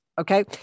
okay